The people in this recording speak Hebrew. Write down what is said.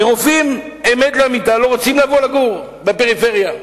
כי רופאים, אמת לאמיתה, לא רוצים לגור בפריפריה.